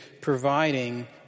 providing